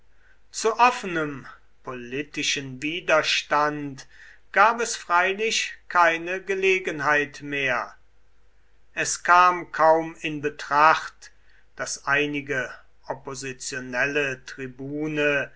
zu offenem politischen widerstand gab es freilich keine gelegenheit mehr es kam kaum in betracht daß einige oppositionelle tribune